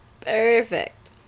Perfect